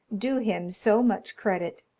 do him so much credit,